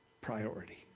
priority